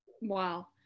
Wow